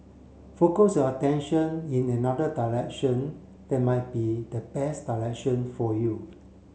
focus your attention in another direction that might be the best direction for you